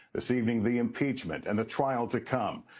this evening the impeachment and the trial to come.